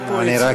היה פה יציע,